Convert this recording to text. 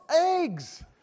eggs